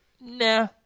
nah